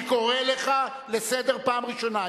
אני קורא אותך לסדר פעם ראשונה.